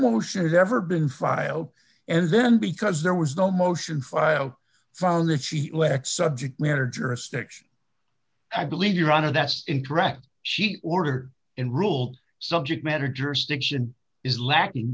motion has ever been filed and then because there was no motion filed found that she lacked subject matter jurisdiction i believe your honor that's incorrect she ordered in ruled subject matter jurisdiction is lacking